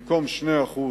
במקום 2%,